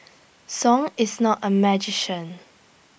song is not A magician